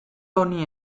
honi